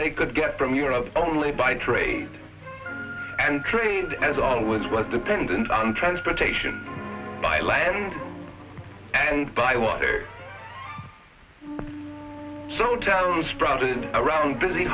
they could get from europe only by trade and trade as always was dependent on transportation by land and by water so towns stranded around busy